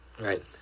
Right